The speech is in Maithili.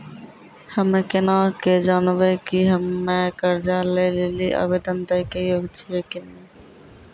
हम्मे केना के जानबै कि हम्मे कर्जा लै लेली आवेदन दै के योग्य छियै कि नै?